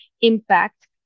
impact